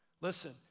Listen